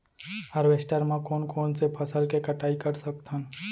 Harvester म कोन कोन से फसल के कटाई कर सकथन?